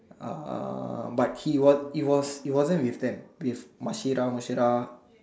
uh but he was it was it wasn't with them with Mashira Mushira